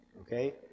okay